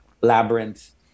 labyrinth